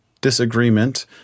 disagreement